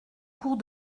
cours